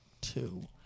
two